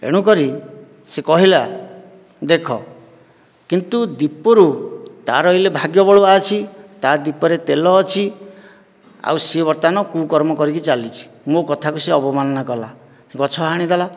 ଏଣୁକରି ସେ କହିଲା ଦେଖ କିନ୍ତୁ ଦୀପରୁ ତା'ର ଏହି ଭାଗ୍ୟ ଭଲ ଅଛି ତା ଦୀପରେ ତେଲ ଅଛି ଆଉ ସେ ବର୍ତ୍ତମାନ କୁକର୍ମ କରିକି ଚାଲିଛି ମୋ କଥାକୁ ସେ ଅବମାନନା କଲା ଗଛ ହାଣି ଦେଲା